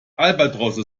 albatrosse